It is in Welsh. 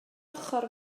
ochr